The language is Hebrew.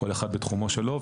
כל אחד בתחומו שלו,